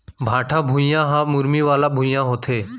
भाठा भुइयां ह मुरमी वाला भुइयां होथे